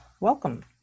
Welcome